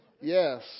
Yes